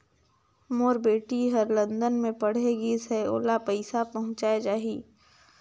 मोर बेटी हर लंदन मे पढ़े गिस हय, ओला पइसा पहुंच जाहि?